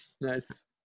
Nice